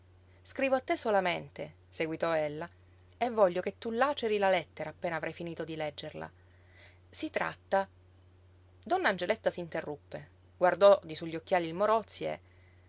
a te solamente seguitò ella e voglio che tu laceri la lettera appena avrai finito di leggerla si tratta donna angeletta s'interruppe guardò di su gli occhiali il morozzi e